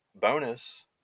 bonus